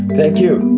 thank you